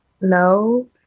No